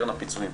קרן הפיצויים.